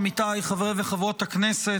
עמיתיי חברי וחברות הכנסת,